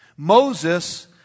Moses